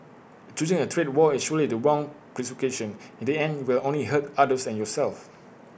choosing A trade war is surely the wrong prescription in the end you will only hurt others and yourself